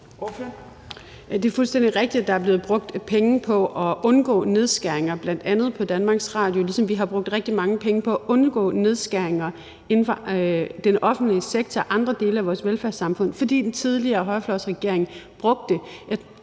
Det er fuldstændig rigtigt, at der er blevet brugt penge på at undgå nedskæringer bl.a. på Danmarks Radio, ligesom vi har brugt rigtig mange penge på at undgå nedskæringer inden for den offentlige sektor i andre dele af vores velfærdssamfund, fordi den tidligere højrefløjsregering brugte,